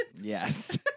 yes